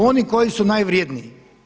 Oni koji su najvrjedniji.